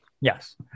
Yes